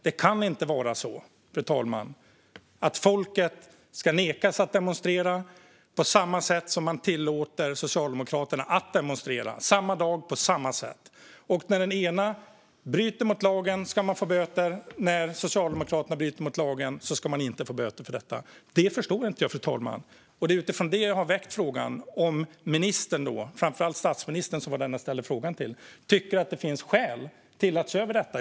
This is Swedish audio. Det kan inte vara på det sättet att folket ska nekas tillstånd att demonstrera samtidigt som Socialdemokraterna tillåts demonstrera, på samma dag och på samma sätt. När den ena bryter mot lagen ska man få böter, men när den andra, Socialdemokraterna, bryter mot lagen ska man inte få böter för det. Det förstår inte jag, fru talman. Det är utifrån det jag har ställt frågan om ministern, framför allt statsministern som var den jag ställde frågan till, tycker att det finns skäl att se över detta.